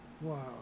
Wow